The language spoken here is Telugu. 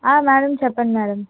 మ్యాడమ్ చెప్పండి మ్యాడమ్